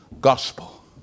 gospel